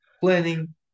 planning